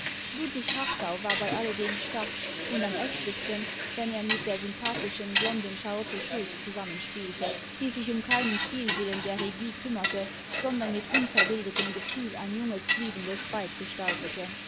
ludwig hartau war bei alledem stark und am echtesten wenn er mit der sympathischen blonden charlotte schultz zusammenspielte die sich um keinen stilwillen der regie kümmerte sondern mit unverbildetem gefühl ein junges liebendes weib gestaltete